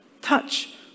touch